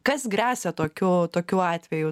kas gresia tokiu tokiu atveju